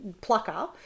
plucker